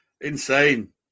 Insane